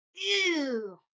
ew